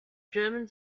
german